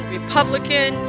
Republican